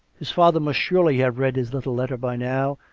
his father must surely have read his little letter by now,